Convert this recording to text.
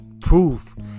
proof